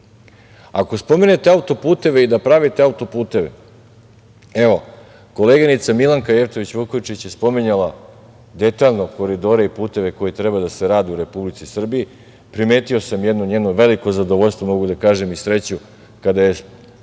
spomenete auto-puteve i da pravite auto-puteve, evo, koleginica Milanka Jevtović Vukojičić je spominjala detaljno koridore i puteve koji treba da se rade u Republici Srbiji, primetio sam jedno njeno veliko zadovoljstvo, mogu da kažem, i sreću, kada jedan